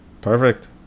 Perfect